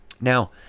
now